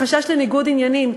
מחשש לניגוד עניינים.